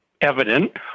evident